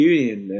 Union